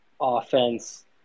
offense